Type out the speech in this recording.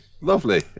Lovely